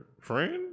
friend